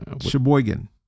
Sheboygan